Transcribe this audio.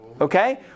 okay